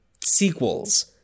sequels